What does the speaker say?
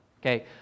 okay